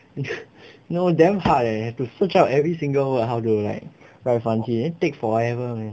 you know damn hard leh to search out every single word how to write write 繁体 then take forever man